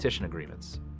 agreements